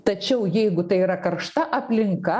tačiau jeigu tai yra karšta aplinka